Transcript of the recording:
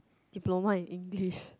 diploma in English